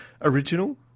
original